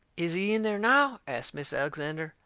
is he in there now? asts mis' alexander.